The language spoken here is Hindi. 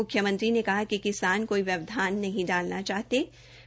मुख्यमंत्री ने कहा कि किसान कोई व्यवधान नहीं डालना चाहते है